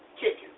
chicken